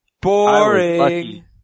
Boring